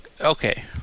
Okay